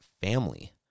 family